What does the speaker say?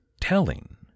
telling